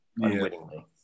unwittingly